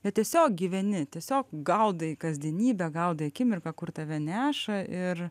na tiesiog gyveni tiesiog gaudai kasdienybę gaudė akimirką kur tave neša ir